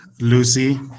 Lucy